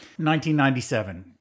1997